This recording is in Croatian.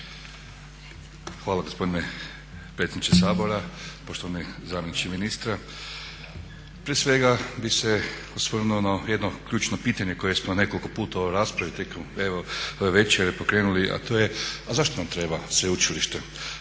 Hvala gospodine predsjedniče Sabora, poštovani zamjeniče ministra. Prije svega bih se osvrnuo na jedno ključno pitanje koje smo nekoliko puta u ovoj raspravi tijekom evo ove večeri pokrenuli, a to je a zašto nam treba sveučilište,